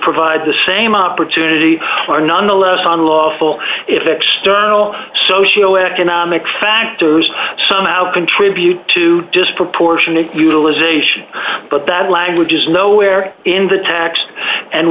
provide the same opportunity for nonetheless unlawful if external socio economic factors somehow contribute to disproportionate utilization but that language is nowhere in the tax and